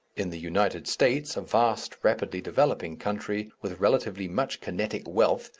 in the united states, a vast rapidly developing country, with relatively much kinetic wealth,